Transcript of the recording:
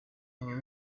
aba